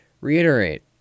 reiterate